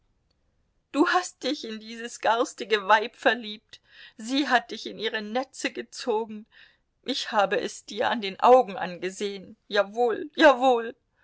du hast dich in dieses garstige weib verliebt sie hat dich in ihre netze gezogen ich habe es dir an den augen angesehen jawohl jawohl